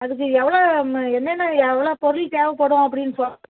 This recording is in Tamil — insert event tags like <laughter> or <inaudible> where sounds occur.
அதுக்கு எவ்வளோ என்னென்ன எவ்வளோ பொருள் தேவைப்படும் அப்படின்னு <unintelligible>